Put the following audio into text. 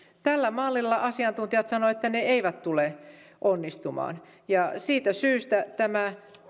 asiantuntijat sanovat että tällä mallilla se ei tule onnistumaan ja siitä syystä tämä